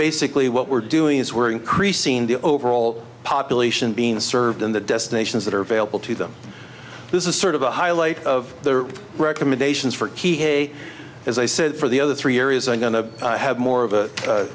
basically what we're doing is we're increasing the overall population being served in the destinations that are available to them this is sort of a highlight of their recommendations for key hay as i said for the other three areas i'm going to have more of a